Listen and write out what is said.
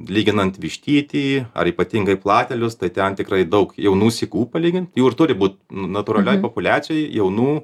lyginant vištytį ar ypatingai platelius tai ten tikrai daug jaunų sykų palygint jų ir turi būt natūralioj populiacijoj jaunų